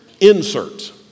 insert